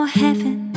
heaven